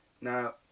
Now